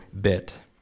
bit